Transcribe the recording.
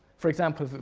for example,